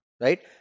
right